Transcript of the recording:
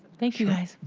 thank you, guys.